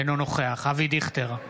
אינו נוכח אבי דיכטר,